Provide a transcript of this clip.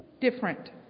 different